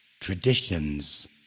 traditions